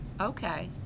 okay